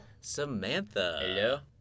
Samantha